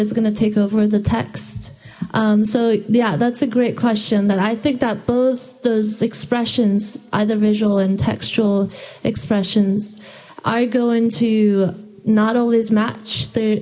is gonna take over the text so yeah that's a great question that i think that both those expressions either visual and textual expressions i go into not always match the